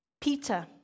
Peter